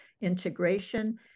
integration